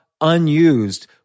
unused